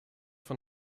von